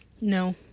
No